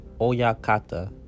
Oyakata